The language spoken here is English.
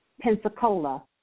Pensacola